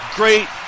great